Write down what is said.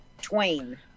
twain